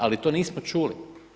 Ali to nismo čuli.